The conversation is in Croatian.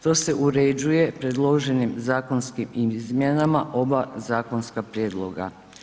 To se uređuje predloženim zakonskim izmjenama oba zakonska prijedloga.